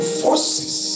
forces